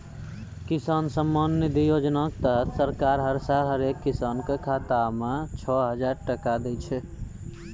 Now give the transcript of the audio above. किसान सम्मान निधि योजना के तहत सरकार हर साल हरेक किसान कॅ खाता मॅ छो हजार टका दै छै